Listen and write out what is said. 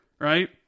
Right